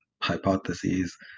hypotheses